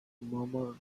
murmur